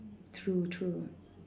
true true